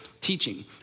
teaching